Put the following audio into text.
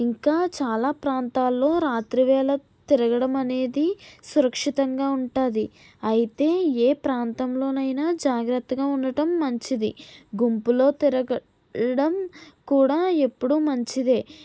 ఇంకా చాలా ప్రాంతాల్లో రాత్రి వేళ తిరగడం అనేది సురక్షితంగా ఉంటుంది అయితే ఏ ప్రాంతంలోనైనా జాగ్రత్తగా ఉండటం మంచిది గుంపులో తిరగడం కూడా ఎప్పుడూ మంచిదే